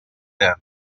end